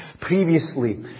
Previously